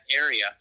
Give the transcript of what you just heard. area